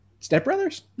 Stepbrothers